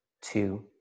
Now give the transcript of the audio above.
two